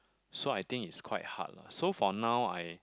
so I think it's quite hard lah so for now I